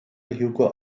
hugo